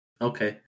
Okay